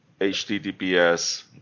https